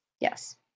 yes